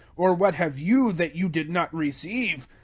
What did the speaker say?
or what have you that you did not receive?